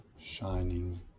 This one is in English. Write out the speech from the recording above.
shining